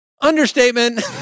Understatement